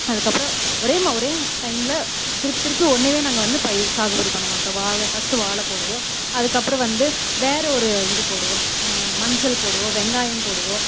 அதுக்கப்றம் ஒரே ஒரே டைமில் திருப்பி திருப்பி ஒன்னேயே நாங்கள் வந்து பயிர் சாகுபடி பண்ணமாட்டோம் வாழை ஃபர்ஸ்ட்டு வாழை போடுவோம் அதுக்கப்புறம் வந்து வேறு ஒரு இது போடுவோம் மஞ்சள் போடுவோம் வெங்காயம் போடுவோம்